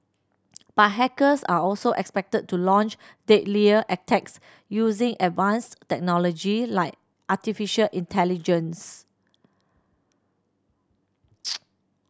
but hackers are also expected to launch deadlier attacks using advanced technology like artificial intelligence